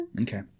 Okay